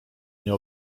nie